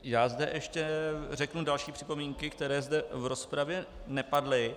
Já zde ještě řeknu další připomínky, které zde v rozpravě nepadly.